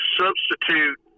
substitute